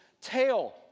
tail